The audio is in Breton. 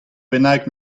bennak